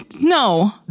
No